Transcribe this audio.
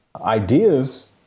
ideas